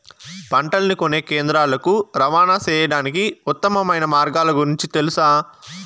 పంటలని కొనే కేంద్రాలు కు రవాణా సేయడానికి ఉత్తమమైన మార్గాల గురించి తెలుసా?